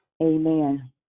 amen